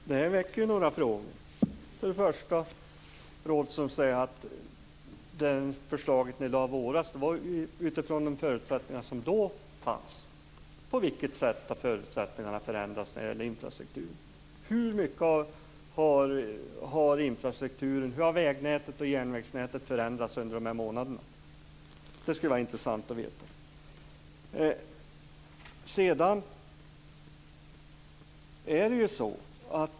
Fru talman! Det här väcker några frågor. Rådhström säger att förslaget i våras lades utifrån de förutsättningar som då fanns. Men på vilket sätt har förutsättningarna förändrats när det gäller infrastrukturen? Hur mycket har alltså infrastrukturen, vägnätet och järnvägsnätet, förändrats under de här månaderna? Det skulle det vara intressant att veta.